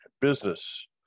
business